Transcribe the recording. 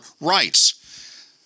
rights